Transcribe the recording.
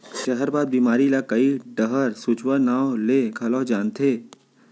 जहरबाद बेमारी ल कइ डहर सूजवा नांव ले घलौ जानथें